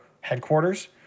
headquarters